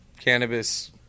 cannabis